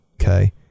okay